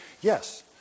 yes